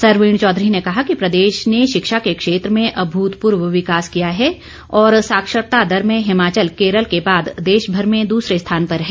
सरवीण चौधरी ने कहा कि प्रदेश ने शिक्षा के क्षेत्र में अभूतपूर्व विकास किया है और साक्षरता दर में हिमाचल केरल के बाद देशभर में दूसरे स्थान पर है